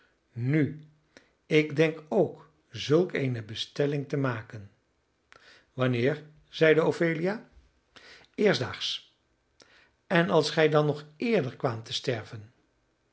nu ik denk ook zulk eene bestelling te maken wanneer zeide ophelia eerstdaags en als gij dan nog eerder kwaamt te sterven